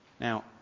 Now